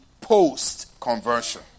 post-conversion